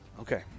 Okay